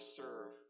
serve